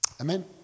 Amen